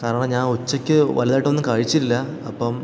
കാരണം ഞാൻ ഉച്ചയ്ക്ക് വലുതായിട്ടൊന്നും കഴിച്ചില്ല അപ്പോള്